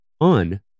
on